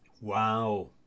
Wow